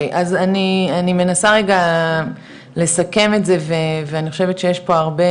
אז אני מנסה רגע לסכם את זה ואני חושבת שיש פה הרבה